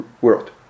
world